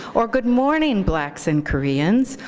or good morning, blacks and koreans,